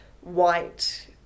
white